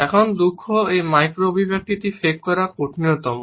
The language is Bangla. এখন দুঃখ এই মাইক্রো অভিব্যক্তিটি ফেক করা কঠিনতম